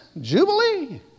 jubilee